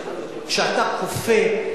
כשאתה כופה,